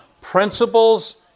principles